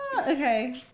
Okay